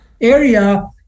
area